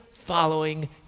following